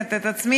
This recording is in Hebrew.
מתקנת את עצמי: